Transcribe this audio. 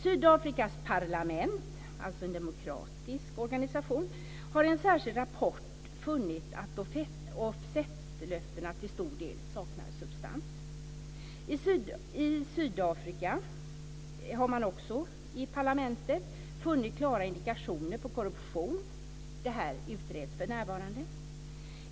Sydafrikas parlament, alltså en demokratisk organisation, har i en särskild rapport funnit att offsetlöftena till stor del saknar substans. I Sydafrika har man också i parlamentet funnit klara indikationer på korruption. Det här utreds för närvarande.